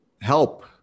help